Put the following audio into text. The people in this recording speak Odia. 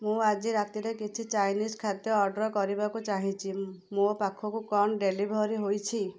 ମୁଁ ଆଜି ରାତିରେ କିଛି ଚାଇନିଜ୍ ଖାଦ୍ୟ ଅର୍ଡ଼ର କରିବାକୁ ଚାହିଁଛି ମୋ ପାଖକୁ କ'ଣ ଡେଲିଭର୍ ହେଇଛି